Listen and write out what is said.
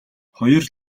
хоёр